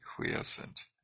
quiescent